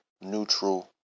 neutral